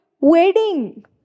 wedding